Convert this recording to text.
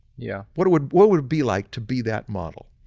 yeah what would what would be like to be that model.